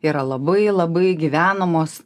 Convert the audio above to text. yra labai labai gyvenamos